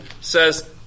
says